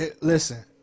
listen